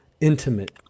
intimate